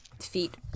feet